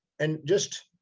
and just,